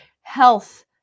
health